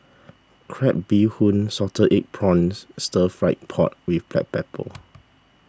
Crab Bee Hoon Salted Egg Prawns Stir Fry Pork with Black Pepper